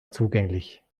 zugänglich